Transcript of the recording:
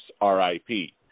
R-I-P